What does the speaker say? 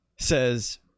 says